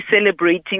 celebrating